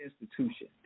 institution